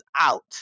out